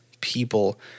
people